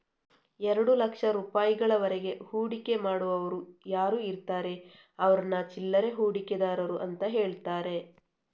ಎರಡು ಲಕ್ಷ ರೂಪಾಯಿಗಳವರೆಗೆ ಹೂಡಿಕೆ ಮಾಡುವವರು ಯಾರು ಇರ್ತಾರೆ ಅವ್ರನ್ನ ಚಿಲ್ಲರೆ ಹೂಡಿಕೆದಾರರು ಅಂತ ಹೇಳ್ತಾರೆ